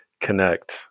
connect